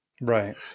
Right